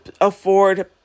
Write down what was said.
afford